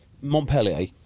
Montpellier